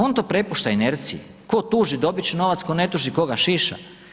On to prepušta inerciji, tko tuži dobiti će novac, tko ne tuži tko ga šiša.